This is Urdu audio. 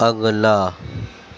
اگلا